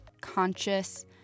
conscious